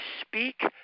speak